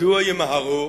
מדוע ימהרו